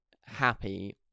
happy